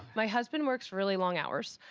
my husband works really long hours.